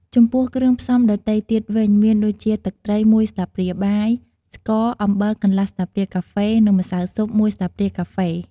ចំពោះគ្រឿងផ្សំដទៃទៀតវិញ មានដូចជា ទឹកត្រីមួយស្លាបព្រាបាយ ស្ករ អំបិលកន្លះស្លាបព្រាកាហ្វេ និងម្សៅស៊ុបមួយស្លាបព្រាកាហ្វេ។